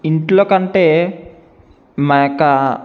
ఇంట్లో కంటే మా యొక్క